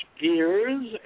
gears